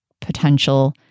potential